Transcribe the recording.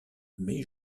mai